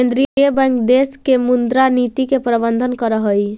केंद्रीय बैंक देश के मुद्रा नीति के प्रबंधन करऽ हइ